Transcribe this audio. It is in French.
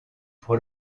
pour